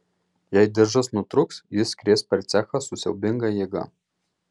jei diržas nutrūks jis skries per cechą su siaubinga jėga